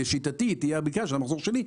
לשיטתי היא תהיה הבדיקה של המחזור שלי,